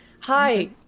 Hi